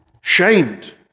Shamed